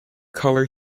color